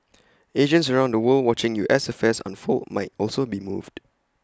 Asians around the world watching U S affairs unfold might also be moved